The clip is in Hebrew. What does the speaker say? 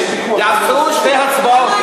יעשו שתי הצבעות,